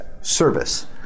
service